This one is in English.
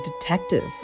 detective